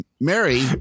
Mary